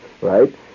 right